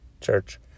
church